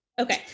okay